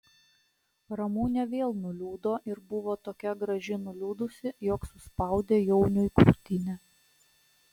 ramunė vėl nuliūdo ir buvo tokia graži nuliūdusi jog suspaudė jauniui krūtinę